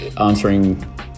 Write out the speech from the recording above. answering